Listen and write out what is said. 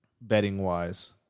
betting-wise